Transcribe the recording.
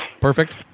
Perfect